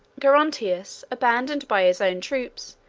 gerontius, abandoned by his own troops,